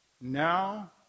now